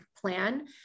plan